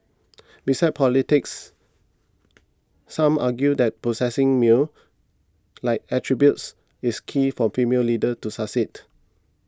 besides polities some argue that possessing male like attributes is key for female leaders to succeed